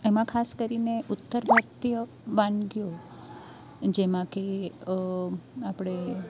આમાં ખાસ કરીને ઉત્તર ભારતીય વાનગીઓ જેમાંકે આપણે